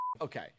Okay